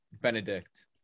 Benedict